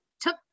took